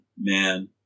man